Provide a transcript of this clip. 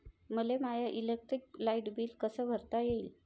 मले my electric light bill कस भरता येईल?